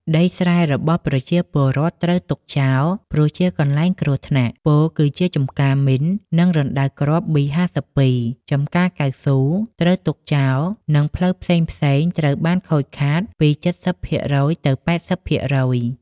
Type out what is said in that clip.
ដីស្រែរបស់ប្រជាពលរដ្ឋ ត្រូវទុកចោល ព្រោះជាកន្លែងគ្រោះថ្នាក់ ពោលគឺជាចម្ការមីន និងរណ្តៅគ្រាប់បី៥២ ចម្ការកៅស៊ូត្រូវទុកចោល និងផ្លូវផ្សេងៗត្រូវបានខូតខាតពី៧០ភាគរយ ទៅ៨០ភាគរយ។